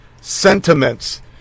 sentiments